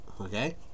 Okay